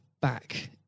back